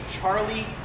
Charlie